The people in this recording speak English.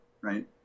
right